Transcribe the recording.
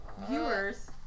Viewers